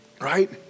Right